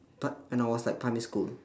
pri~ when I was like primary school